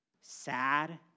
sad